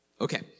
Okay